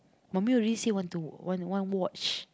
mummy already say want to want want watch